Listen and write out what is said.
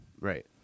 right